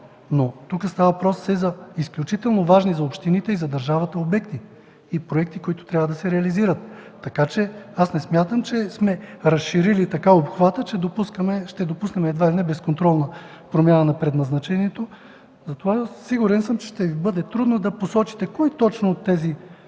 но тук става въпрос все за изключително важни за общините и за държавата обекти и проекти, които трябва да се реализират. Не смятам, че сме разширили обхвата, че ще допуснем едва ли не безконтролна промяна на предназначението. Сигурен съм, че ще Ви бъде трудно да посочите, кой точно от тези